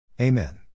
Amen